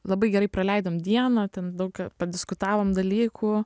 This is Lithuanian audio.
labai gerai praleidom dieną ten daug padiskutavom dalykų